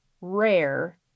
rare